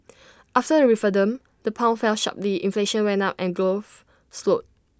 after the referendum the pound fell sharply inflation went up and growth slowed